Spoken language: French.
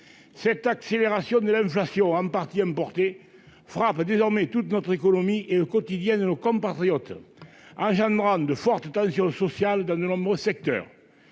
cette accélération de l'inflation en partie frappent désormais toute notre économie et le quotidienne de nos compatriotes à Jeanne Brown de fortes tensions sociales dans de nombreux secteurs,